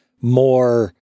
more